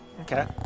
Okay